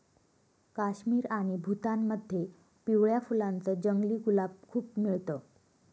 काश्मीर आणि भूतानमध्ये पिवळ्या फुलांच जंगली गुलाब खूप मिळत